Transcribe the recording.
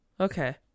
Okay